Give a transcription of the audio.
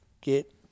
get